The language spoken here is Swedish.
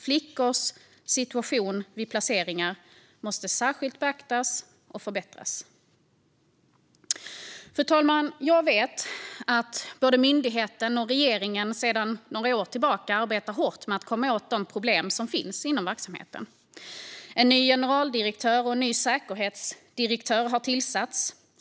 Flickors situation vid placeringar måste särskilt beaktas och förbättras. Fru talman! Jag vet att både myndigheten och regeringen sedan några år tillbaka arbetar hårt med att komma åt de problem som finns inom verksamheten. En ny generaldirektör och en ny säkerhetsdirektör har tillsatts.